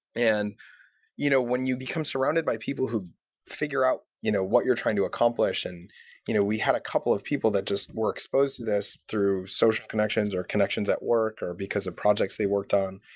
and you know when you become surrounded by people who figure out you know what you're trying to accomplish and you know we had a couple of people that just were exposed to this through social connections or connections at work or because of projects they worked on.